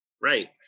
Right